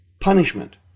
punishment